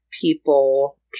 people